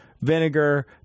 vinegar